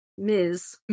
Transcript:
Ms